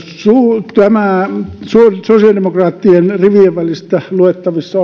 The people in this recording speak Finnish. tästä sosiaalidemokraattien rivien välistä luettavissa